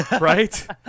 right